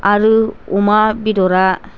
आरो अमा बेदरा